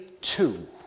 two